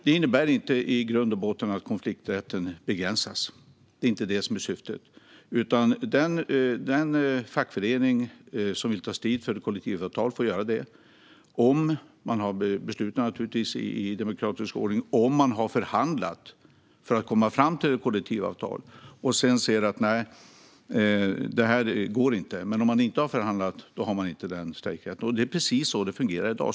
Det innebär i grund och botten inte att konflikträtten begränsas. Det är inte syftet. Utan den fackförening som vill ta strid för ett kollektivavtal får göra det, om man, naturligtvis i demokratisk ordning, har ett beslut om det och om man har förhandlat för att komma fram till ett kollektivavtal men sedan ser att det hela inte går. Om man inte har förhandlat har man dock inte denna strejkrätt. Det här är precis så det fungerar i dag.